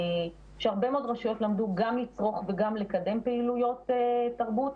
שהרבה מאוד רשויות למדו גם לצרוך וגם לקדם פעילויות תרבות,